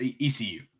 ECU